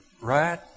right